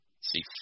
see